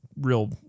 real